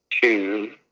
two